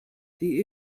the